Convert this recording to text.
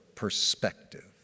perspective